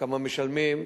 כמה משלמים,